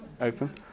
open